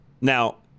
Now